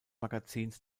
magazins